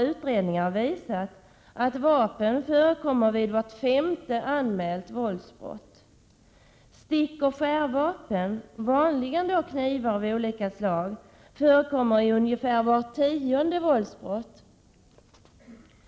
Utredningar har visat att vapen förekommer vid vart femte anmält våldsbrott. Stickoch skärvapen, vanligen knivar av olika slag, förekommer i ungefär vart tionde våldsbrott.